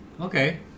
Okay